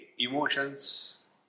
emotions